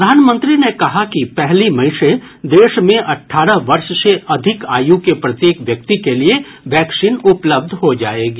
प्रधानमंत्री ने कहा कि पहली मई से देश में अड्डारह वर्ष से अधिक आयु के प्रत्येक व्यक्ति के लिए वैक्सीन उपलब्ध हो जाएगी